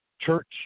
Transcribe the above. church